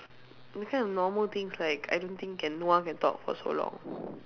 that kind of normal things like I don't think can no one can talk for so long